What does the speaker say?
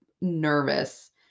nervous